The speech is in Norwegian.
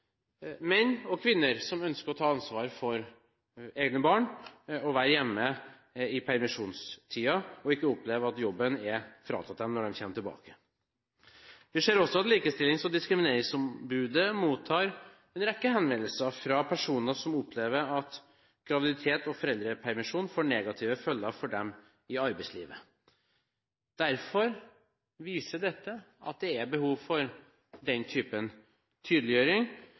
ikke skal oppleve at jobben er fratatt dem når de er tilbake. Vi ser også at likestillings- og diskrimineringsombudet mottar en rekke henvendelser fra personer som opplever at graviditet og foreldrepermisjon får negative følger for dem i arbeidslivet. Dette viser at det er behov for denne typen tydeliggjøring,